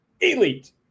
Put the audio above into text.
Elite